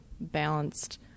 Balanced